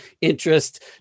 interest